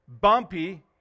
Bumpy